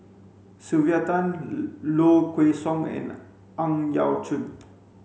Sylvia Tan Low Kway Song and Ang Yau Choon